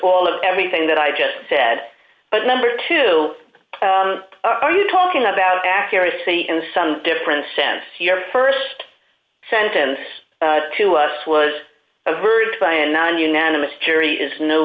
all of everything that i just said but number two are you talking about accuracy in some different sense your st sentence to us was a verdict by a non unanimous jury is no